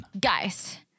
Guys